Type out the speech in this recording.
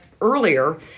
earlier